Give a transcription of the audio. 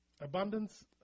Abundance